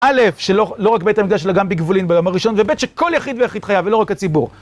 א' שלא רק בית המקדש אלא, גם בגבולין, ביום ראשון, וב' שכל יחיד ויחיד חייב, ולא רק הציבור.